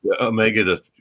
Omega